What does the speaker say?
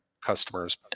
customers